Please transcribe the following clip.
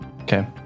Okay